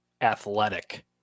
athletic